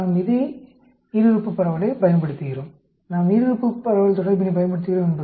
நாம் அதே ஈருறுப்பு பரவலைப் பயன்படுத்துகிறோம் நாம் ஈருறுப்பு பரவல் தொடர்பினைப் பயன்படுத்துகிறோம்